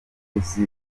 mukozi